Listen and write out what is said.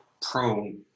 prone